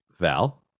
Val